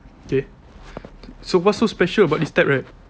kay so what's so special about this tab right